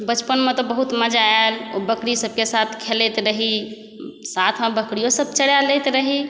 बचपनमे तऽ बहुत मजा आएल बकरी सबके साथ खेलाइत रही साथमे बकरिओ सभ चलरा लैत रही